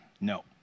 No